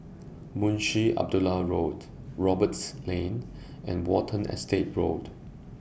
Munshi Abdullah Walk Roberts Lane and Watten Estate Road